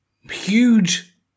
huge